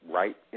right